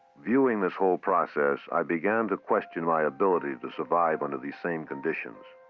viewing this whole process, i began to question my ability to survive under these same conditions.